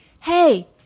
hey